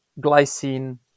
glycine